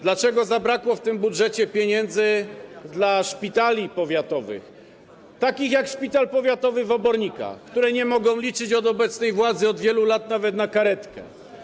Dlaczego zabrakło w tym budżecie pieniędzy dla szpitali powiatowych, takich jak szpital powiatowy w Obornikach, które nie mogą liczyć ze strony obecnej władzy od wielu lat nawet na karetkę?